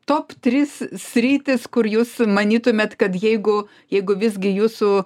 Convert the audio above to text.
top trys sritys kur jūs manytumėt kad jeigu jeigu visgi jūsų